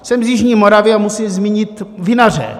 Jsem z jižní Moravy a musím zmínit vinaře.